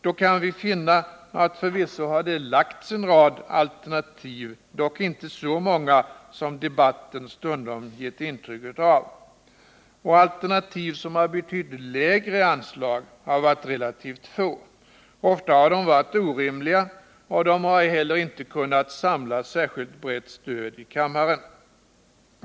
Då kan vi finna att förvisso har det lagts en rad alternativ, dock inte så många som debatten stundom gett intryck av. Och alternativ som betytt lägre anslag har varit relativt få. Ofta har de varit orimliga, och de har inte heller kunnat samla särskilt brett stöd i riksdagen.